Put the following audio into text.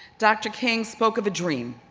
dr. king spoke of a dream.